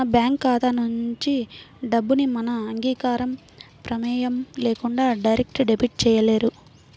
మన బ్యేంకు ఖాతా నుంచి డబ్బుని మన అంగీకారం, ప్రమేయం లేకుండా డైరెక్ట్ డెబిట్ చేయలేరు